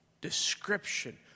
description